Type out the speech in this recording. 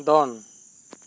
ᱫᱚᱱ